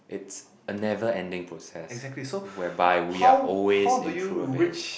it's a never ending process where by we are always improving